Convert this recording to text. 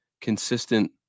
consistent